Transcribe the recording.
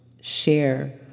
share